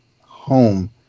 home